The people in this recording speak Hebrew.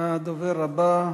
הדובר הבא,